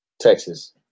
Texas